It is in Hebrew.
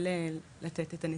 יכול לתת את הנתונים.